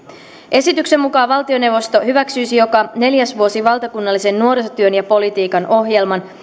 esityksen mukaan valtioneuvosto hyväksyisi joka neljäs vuosi valtakunnallisen nuorisotyön ja politiikan ohjelman